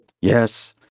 Yes